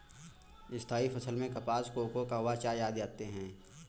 स्थायी फसल में कपास, कोको, कहवा, चाय आदि आते हैं